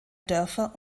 dörfer